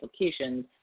applications